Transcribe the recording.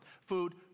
food